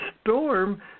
storm